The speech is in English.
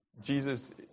Jesus